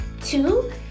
two